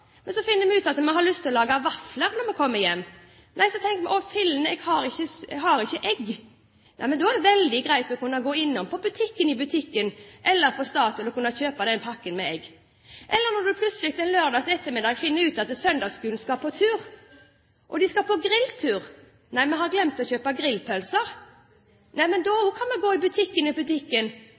Men så tenker vi: Å filleren, vi har ikke egg. Da er det veldig greit å kunne gå innom på butikken i butikken, eller på Statoil og kunne kjøpe den pakken med egg. Eller når man plutselig en lørdag ettermiddag finner ut at søndagsskolen skal på tur, og de skal på grilltur. Nei, vi har glemt å kjøpe grillpølser, men da kan vi gå i butikken i butikken